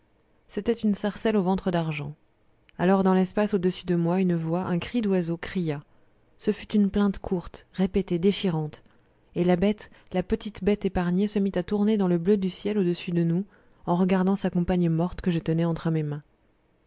c'était une sarcelle au ventre d'argent alors dans l'espace au-dessus de moi une voix une voix d'oiseau cria ce fut une plainte courte répétée déchirante et la bête la petite bête épargnée se mit à tourner dans le bleu du ciel au-dessus de nous en regardant sa compagne morte que je tenais entre mes mains